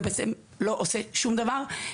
ובעצם לא עושה שום דבר.